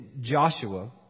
Joshua